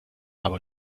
aber